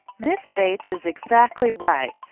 miss bates is exactly right,